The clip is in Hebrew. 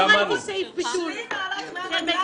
לא דיברתי על מרצ.